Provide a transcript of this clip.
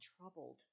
troubled